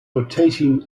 rotating